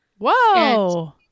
Whoa